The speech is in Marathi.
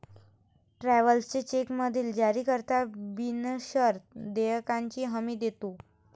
ट्रॅव्हलर्स चेकमधील जारीकर्ता बिनशर्त देयकाची हमी देतो